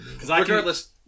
Regardless